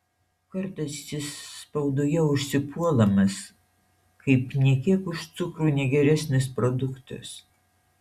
kartais jis spaudoje užsipuolamas kaip nė kiek už cukrų negeresnis produktas